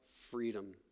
freedom